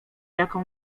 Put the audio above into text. jaką